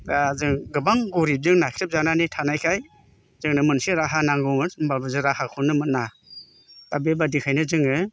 दा जों गोबां गरिबजों नाख्रेब जानानै थानायखाय जोंनो मोनसे राहा नांगौमोन होमबाबो जों राहाखौनो मोना दा बेबायदिखायनो जोङो